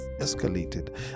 escalated